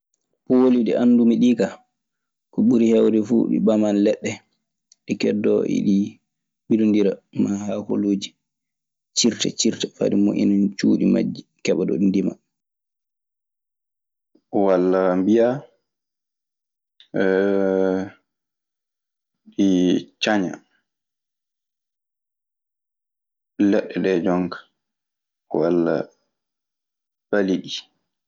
Pooli ɗi anndumi ɗii kaa, ko ɓuri heewde fuu. Ŋi ɓaman leɗɗe ɗi keddo eɗi milondira; maa haakolooji ciirta ciirta faa ɗi moƴƴina cuuɗi majji, keɓa ɗo ɗi ndima. Walla mbiyaa ɗii caña leɗɗe ɗee jonka walla pali ɗii.